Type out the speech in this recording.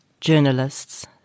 Journalists